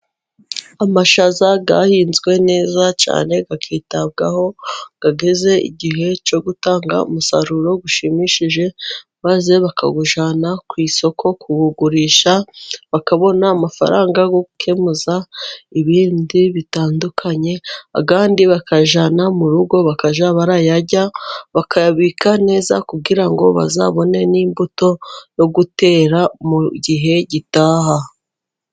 Amashaza yahinzwe neza cyane akitabwaho, ageze igihe cyo gutanga umusaruro ushimishije, maze bakawujyana ku isoko kuwugurisha bakabona amafaranga yo gukemuza ibindi bitandukanye ,abandi bakajyana mu rugo bakajya barayajya, bakayabika neza kugira ngo bazabone n'imbuto zo gutera mu gihe gitaha.